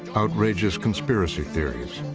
outrageous conspiracy theories,